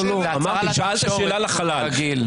שאלת שאלה לחלל,